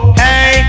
hey